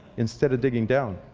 instead of digging down.